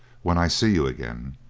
when i see you again.